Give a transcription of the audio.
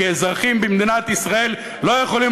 כי אזרחים במדינת ישראל לא יכולים